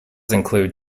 include